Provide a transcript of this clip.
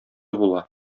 була